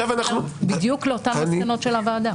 בדיוק לאותן המסקנות של הוועדה.